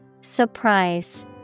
Surprise